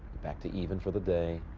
back to even for the day.